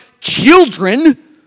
children